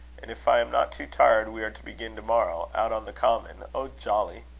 and if i am not too tired, we are to begin to-morrow, out on the common. oh! jolly!